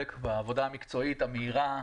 בעבודה המקצועית המהירה.